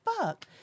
fuck